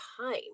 time